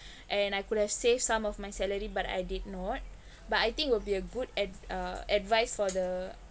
and I could have saved some of my salary but I did not but I think will be a good ad~ uh advice for the